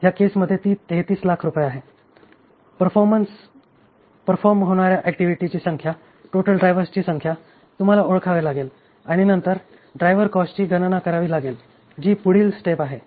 ह्या केस मध्ये ती 3300000 आहे परफॉर्म होणाऱ्या ऍक्टिव्हिटी ची संख्या टोटल ड्रायव्हर्स ची संख्या तुम्हाला ओळखावे लागेल आणि नंतर ड्राइवर कॉस्टची गणना करावी लागेल जी पुढील स्टेप आहे